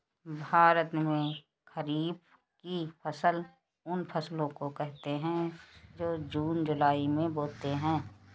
भारत में खरीफ की फसल उन फसलों को कहते है जो जून जुलाई में बोते है